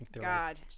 god